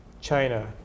China